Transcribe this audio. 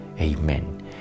Amen